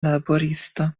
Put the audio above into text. laboristo